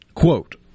Quote